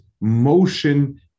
motion